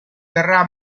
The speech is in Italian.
verrà